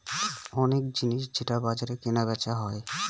অনেক জিনিস যেটা বাজারে কেনা বেচা হয়